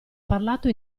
parlato